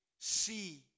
see